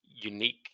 unique